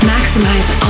Maximize